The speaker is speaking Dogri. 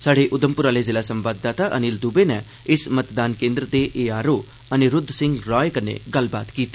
स्हाड़े उघमपुर आह्ले जिला संवाददाता अनिल दुबे नै इस मतदान केन्द्र दे A R O Aniruddh Singh Rai कन्नै गल्लबात कीती